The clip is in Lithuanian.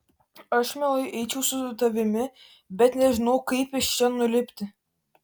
aš mielai eičiau su tavimi bet nežinau kaip iš čia nulipti